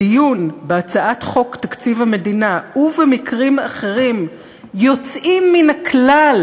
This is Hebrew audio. בדיון בהצעת חוק תקציב המדינה ובמקרים אחרים יוצאים מן הכלל,